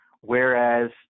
Whereas